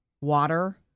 Water